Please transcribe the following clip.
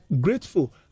grateful